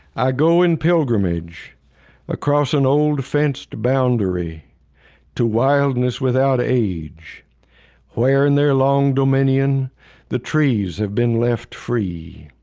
i go in pilgrimage across an old fenced boundary to wildness without age where, in their long dominion the trees have been left free